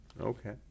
Okay